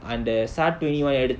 அந்த:antha S_A_R twenty one ah eduth~